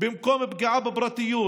במקום פגיעה בפרטיות,